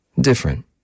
different